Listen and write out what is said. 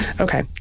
Okay